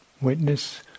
witness